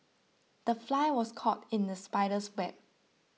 the fly was caught in the spider's web